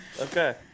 Okay